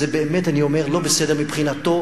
אני באמת אומר שזה לא בסדר מבחינתו.